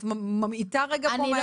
את ממעיטה רגע פה מהאירוע.